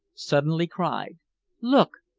suddenly cried look!